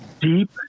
deep